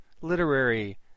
literary